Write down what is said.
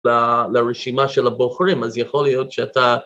לרשימה של הבוחרים אז יכול להיות שאתה